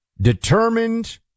Determined